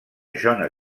john